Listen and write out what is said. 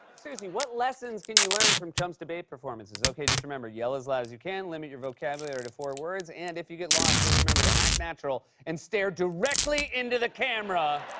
seriously, what lessons can you learn from trump's debate performances? okay, just remember, yell as loud as you can, limit your vocabulary to four words, and, if you get lost, just remember to act natural and stare directly into the camera.